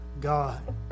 God